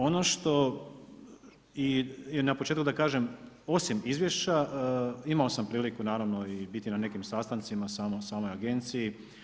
Ono što, i na početku da kažem, osim izvješća imao sam priliku, naravno i biti na nekim sastancima samoj agenciji.